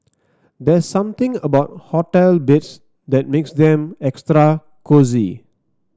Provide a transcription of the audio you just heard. there's something about hotel beds that makes them extra cosy